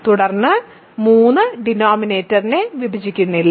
തുടർന്ന് 3 ഡിനോമിനേറ്ററിനെ വിഭജിക്കുന്നില്ല